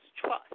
trust